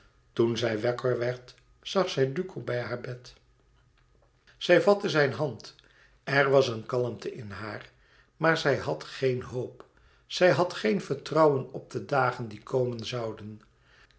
toen zij wakker werd zag zij duco bij haar bed zij vatte zijn hand er was eene kalmte in haar maar zij had geen hoop zij had geen vertrouwen op de dagen die komen zouden